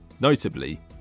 notably